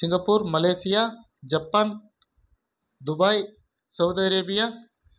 Singapore Malaysia Japan Dubai Saudi Arabia